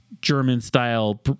German-style